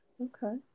okay